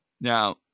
Now